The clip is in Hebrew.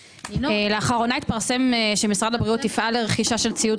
לאחרונה התפרסם שמשרד הבריאות יפעל לרכישת ציוד